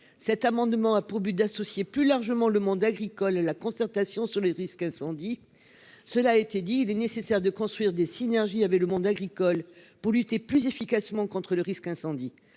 Cet amendement a pour but d'associer plus largement le monde agricole, la concertation sur les risques incendie, cela a été dit, il est nécessaire de construire des synergies avec le monde agricole pour lutter plus efficacement contre le risque incendie.